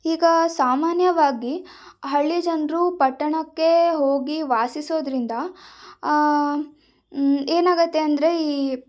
ಈಗ ಸಾಮಾನ್ಯವಾಗಿ ಹಳ್ಳಿ ಜನರು ಪಟ್ಟಣಕ್ಕೆ ಹೋಗಿ ವಾಸಿಸೋದ್ರಿಂದ ಏನಾಗುತ್ತೆ ಅಂದರೆ ಈ